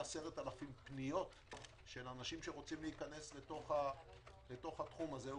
10,000 פניות של אנשים שרוצים להיכנס לתחום הזה,